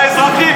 וגם לאזרחים,